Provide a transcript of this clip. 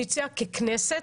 זאת הפתעה לכל אחד מחברי הכנסת.